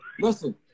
Listen